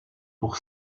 pour